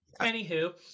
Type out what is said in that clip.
Anywho